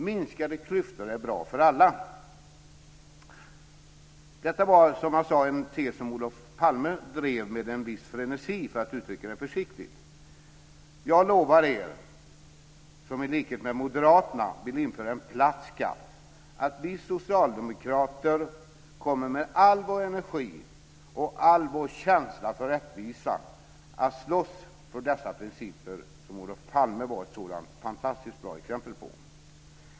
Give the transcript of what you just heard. Minskade klyftor är bra för alla. Detta var som jag sade en tes som Olof Palme drev med en viss frenesi, för att uttrycka det försiktigt. Jag lovar er som i likhet med moderaterna vill införa en platt skatt att vi socialdemokrater med all vår energi och all vår känsla för rättvisa kommer att slåss för dessa principer som Olof Palme var ett sådant fantastiskt bra exempel på.